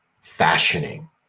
fashioning